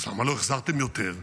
אז למה לא החזרתם יותר?